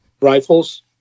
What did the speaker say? rifles